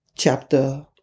chapter